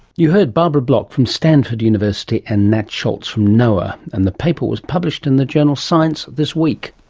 you heard barbara block from stanford university, and nat scholz from noaa, and the paper was published in the journal science this week.